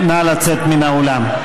נא לצאת מן האולם.